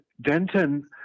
Denton